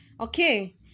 Okay